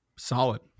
Solid